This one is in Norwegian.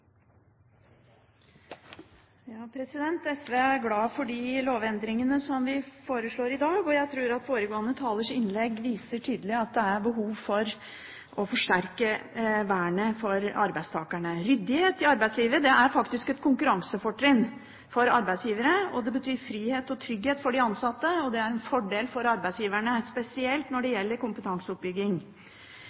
glad for de lovendringene som vi foreslår i dag, og jeg tror at foregående talers innlegg tydelig viser at det er behov for å forsterke vernet for arbeidstakerne. Ryddighet i arbeidslivet er faktisk et konkurransefortrinn for arbeidsgivere. Det betyr frihet og trygghet for de ansatte, og det er en fordel for arbeidsgiverne, spesielt når det gjelder kompetanseoppbygging.